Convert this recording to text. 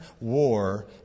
war